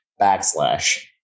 backslash